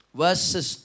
verses